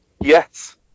Yes